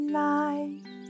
life